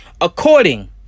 According